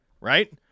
right